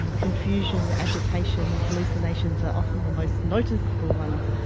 and confusion, agitation, hallucinations are often the most noticeable ones,